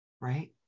right